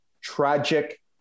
tragic